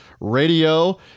Radio